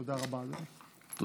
תודה רבה, אדוני.